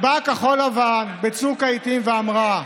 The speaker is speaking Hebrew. באה כחול לבן בצוק העיתים ואמרה: